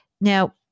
Now